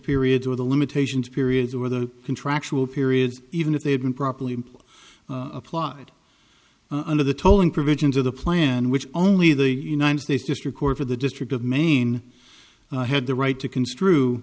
period where the limitations periods were the contractual period even if they had been properly applied under the tolling provisions of the plan which only the united states district court for the district of maine had the right to construe